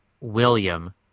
William